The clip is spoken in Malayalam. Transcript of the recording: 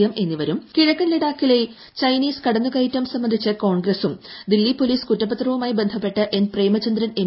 എം എന്നിവരും കിഴക്കൻ ല്ഡാക്കിൽ ചൈനീസ് കടന്നുകയറ്റം സംബന്ധിച്ച് കോൺഗ്രസും ദില്ലി പോലീസ് കുറ്റപത്രവുമായി ബന്ധപ്പെട്ട് എൻ പ്രേമച്ചന്ദ്രൻ എം